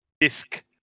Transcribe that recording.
Disk